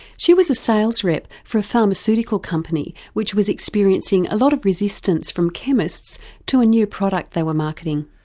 she was a sales rep for a pharmaceutical company that was experiencing a lot of resistance from chemists to a new product they were marketing.